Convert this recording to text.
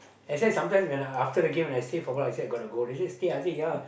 except sometime when after the game and I say forgot and actually I got to go they say stay I say ya